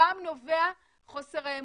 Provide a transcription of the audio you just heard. שם נובע חוסר האמון.